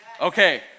Okay